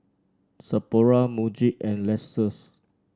Sephora Muji and Lexus